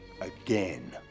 again